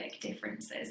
differences